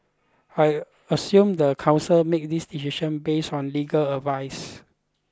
I assume the council made this decision based on legal advice